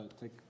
take